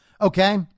Okay